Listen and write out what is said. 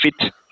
fit